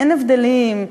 אין הבדלים,